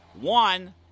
one